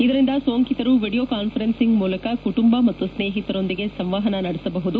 ಇದರಿಂದ ಸೋಂಕಿತರು video conferencing ಮೂಲಕ ಕುಟುಂಬ ಮತ್ತು ಸ್ತೇಹಿತರೊಂದಿಗೆ ಸಂವಹನ ನಡೆಸಬಹುದು